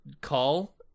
call